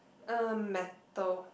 uh metal